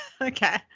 Okay